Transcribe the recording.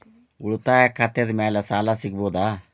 ಉಳಿತಾಯ ಖಾತೆದ ಮ್ಯಾಲೆ ಸಾಲ ಸಿಗಬಹುದಾ?